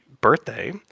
birthday